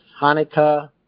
Hanukkah